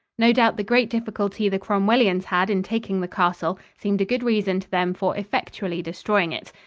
no doubt the great difficulty the cromwellians had in taking the castle seemed a good reason to them for effectually destroying it.